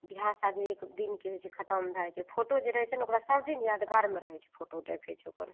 बिआह शादी एक दिनके होइ छै खतम भै जाइ छै फोटो जे रहै छै ने ओकरा सबदिन यादगारमे रहै छै फोटो देखै छै ओकर